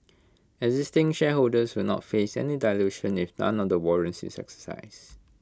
existing shareholders will not face any dilution if none of the warrants is exercised